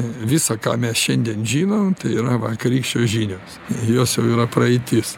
visa ką mes šiandien žinom tai yra vakarykščios žinios jos jau yra praeitis